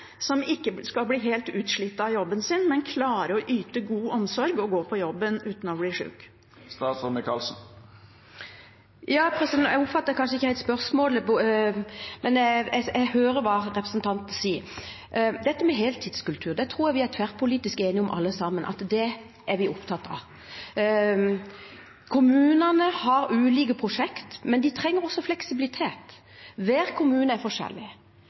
skal ikke bli helt utslitt av jobben sin, men klare å yte god omsorg – å gå på jobben uten å bli sjuke. Jeg oppfattet kanskje ikke helt spørsmålet, men jeg hører hva representanten sier. Når det gjelder heltidskultur, tror jeg det er tverrpolitisk enighet om at vi er opptatt av det. Kommunene har ulike prosjekter, men de trenger også fleksibilitet. Hver kommune er forskjellig,